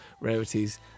rarities